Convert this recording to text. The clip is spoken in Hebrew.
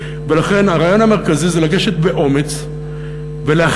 ולכן הרעיון המרכזי זה לגשת באומץ ולהכריע